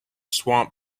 swamp